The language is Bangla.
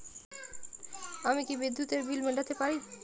আমি কি বিদ্যুতের বিল মেটাতে পারি?